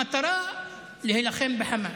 המטרה, להילחם בחמאס.